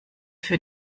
für